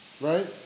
right